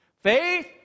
Faith